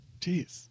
jeez